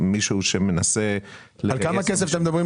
מישהו שמנסה לגייס